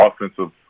offensive